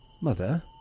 Mother